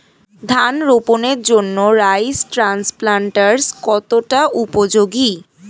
ধান রোপণের জন্য রাইস ট্রান্সপ্লান্টারস্ কতটা উপযোগী?